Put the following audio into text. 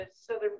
Southern